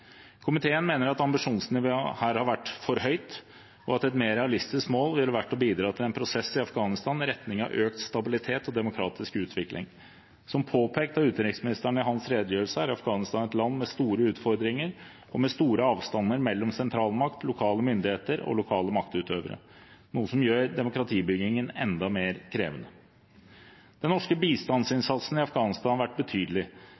Komiteen mener at ambisjonsnivået her har vært for høyt, og at et mer realistisk mål ville vært å bidra til en prosess i Afghanistan i retning av økt stabilitet og demokratisk utvikling. Som påpekt av utenriksministeren i hans redegjørelse, er Afghanistan et land med store utfordringer og med store avstander mellom sentralmakt, lokale myndigheter og lokale maktutøvere, noe som gjør demokratibyggingen enda mer krevende. Den norske